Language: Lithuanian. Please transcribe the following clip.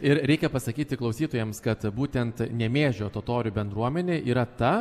ir reikia pasakyti klausytojams kad būtent nemėžio totorių bendruomenė yra ta